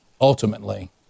ultimately